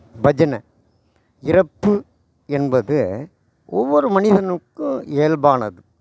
பஜனை இறப்பு என்பது ஒவ்வொரு மனிதனுக்கும் இயல்பானது